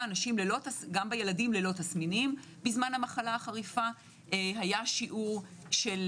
בילדים ללא תסמינים בזמן המחלה החריפה היה שיעור של